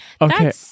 okay